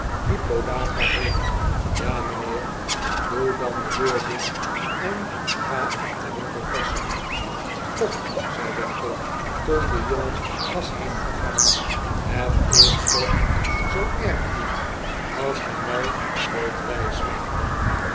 die podagra heeft ja mijnheer doe dan de deur dicht en ga op den winkel passen kom zei winkle toen de jongen was heengegaan het is toch zoo erg niet als gij mij wilt wijsmaken